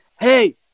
hey